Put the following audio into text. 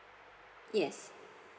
yes